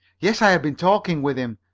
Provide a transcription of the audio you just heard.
yes, i have been talking with him,